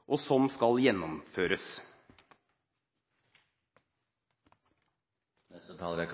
og noe som skal gjennomføres. SV